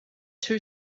two